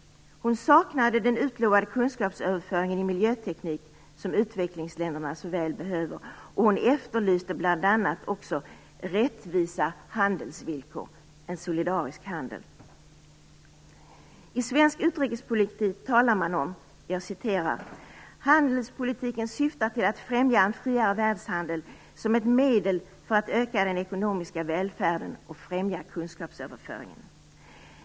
Hon saknade den utlovade kunskapsöverföring i miljöteknik som utvecklingsländerna så väl behöver. Hon efterlyste bl.a. också rättvisa handelsvillkor, en solidarisk handel. I svensk utrikespolitik talas det om att: "Handelspolitiken syftar till att främja en friare världshandel som ett medel för att öka den ekonomiska välfärden och främja kunskapsöverföringen.